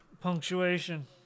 Punctuation